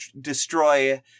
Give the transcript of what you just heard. destroy